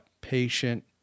patient